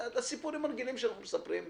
הסיפורים הרגילים שאנחנו מספרים לעצמנו,